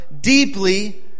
deeply